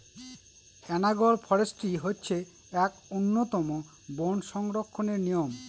analogue forestry হচ্ছে এক উন্নতম বন সংরক্ষণের নিয়ম